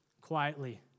quietly